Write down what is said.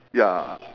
ya